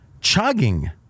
chugging